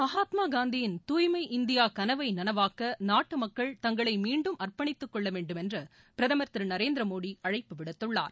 மகாத்மா காந்தியின் தூய்மை இந்தியா கனவை நனவாக்க நாட்டு மக்கள் தங்களை மீண்டும் அர்ப்பணித்து கொள்ள வேண்டும் என்று பிரதமர் திரு நரேந்திர மோடி அழைப்பு விடுத்துள்ளார்